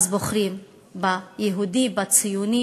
אז בוחרים ביהודי, בציוני,